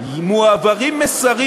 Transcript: מועברים מסרים